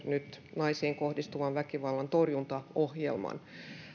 nyt naisiin kohdistuvan väkivallan torjuntaohjelman